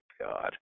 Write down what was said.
God